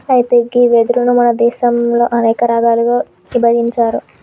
అయితే గీ వెదురును మన దేసంలో అనేక రకాలుగా ఇభజించారు